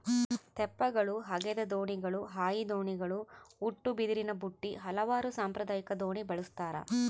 ತೆಪ್ಪಗಳು ಹಗೆದ ದೋಣಿಗಳು ಹಾಯಿ ದೋಣಿಗಳು ಉಟ್ಟುಬಿದಿರಿನಬುಟ್ಟಿ ಹಲವಾರು ಸಾಂಪ್ರದಾಯಿಕ ದೋಣಿ ಬಳಸ್ತಾರ